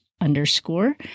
underscore